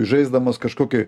žaisdamas kažkokį